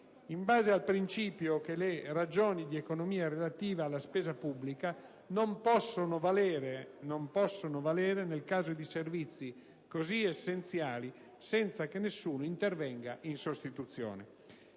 in base al principio che le ragioni di economia relativa alla spesa pubblica non possono valere nel caso di servizi così essenziali senza che nessuno intervenga in sostituzione.